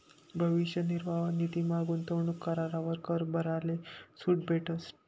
भविष्य निर्वाह निधीमा गूंतवणूक करावर कर भराले सूट भेटस